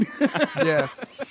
Yes